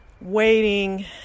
waiting